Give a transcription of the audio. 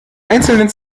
einzelnen